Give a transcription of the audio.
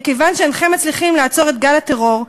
מכיוון שאינכם מצליחים לעצור את גל הטרור,